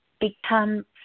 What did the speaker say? become